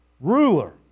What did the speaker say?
ruler